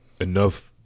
enough